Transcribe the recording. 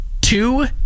two